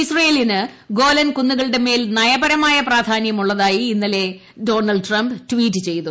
ഇസ്രയേലിന് ഗോലൻ കുന്നുകളുടെ മേൽ നയപരമായ പ്രധാന്യം ഉളളതായി ഇന്നലെ ഡൊണാൾഡ് ട്രംപ് ട്വീറ്റ് ചെയ്തു